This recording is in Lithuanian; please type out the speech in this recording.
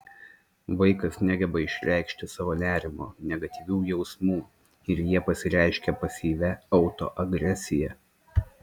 vaikas negeba išreikšti savo nerimo negatyvių jausmų ir jie pasireiškia pasyvia autoagresija